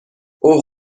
اوه